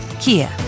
Kia